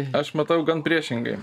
aš matau gan priešingai